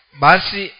basi